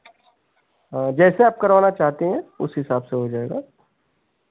जैसे आप करवाना चाहती हैं उसी हिसाब से हो जाएगा